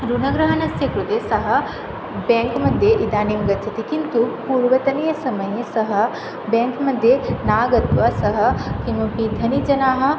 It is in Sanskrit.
ऋणग्रहणस्य कृते सः बेङ्क् मध्ये इदानीं गच्छति किन्तु पूर्वतनीयसमये सः बेङ्क् मध्ये न आगत्य सः किमपि धनिजनाः